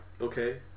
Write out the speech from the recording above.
okay